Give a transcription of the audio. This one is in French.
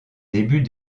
début